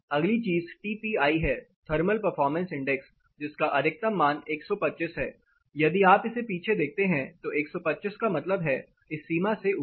अगली चीज टीपीआई है थर्मल परफॉर्मेंस इंडेक्स जिसका अधिकतम मान 125 है यदि आप इसे पीछे देखते हैं तो 125 का मतलब है इस सीमा से ऊपर